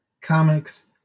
comics